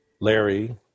Larry